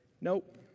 nope